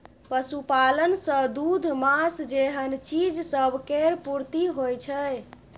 पशुपालन सँ दूध, माँस जेहन चीज सब केर पूर्ति होइ छै